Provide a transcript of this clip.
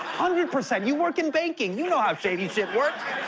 hundred percent. you work in banking. you know how shady shit works.